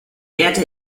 erde